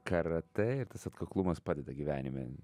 karatė ir tas atkaklumas padeda gyvenime